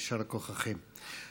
יישר כוחכם.